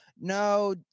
No